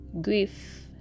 grief